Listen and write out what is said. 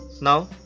Now